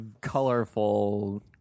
colorful